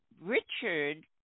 Richard